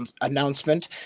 announcement